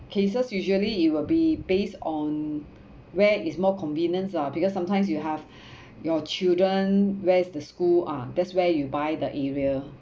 cases usually it will be based on where is more convenient lah because sometimes you have your children where's the school ah that's where you buy the area